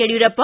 Yediyurappa